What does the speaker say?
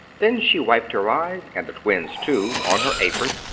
then she wiped her eyes, and the twins' too, on her apron,